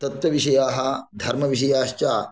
तत्वविषयाः धर्मविषयाश्च